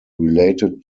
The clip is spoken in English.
related